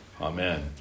Amen